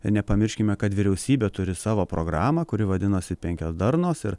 nepamirškime kad vyriausybė turi savo programą kuri vadinasi penkios darnos ir